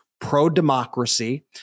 pro-democracy